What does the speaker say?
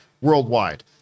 worldwide